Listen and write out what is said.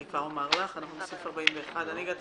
אני הגעתי